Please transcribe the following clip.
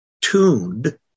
tuned